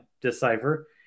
decipher